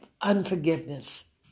unforgiveness